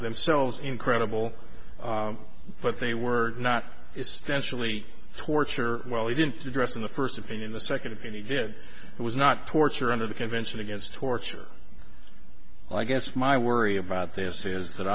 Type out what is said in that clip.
themselves incredible but they were not extensionally torture well he didn't address in the first opinion the second if he did it was not torture under the convention against torture i guess my worry about this is that